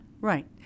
right